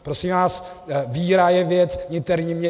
Prosím vás, víra je věc interní.